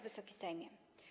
Wysoki Sejmie!